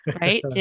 right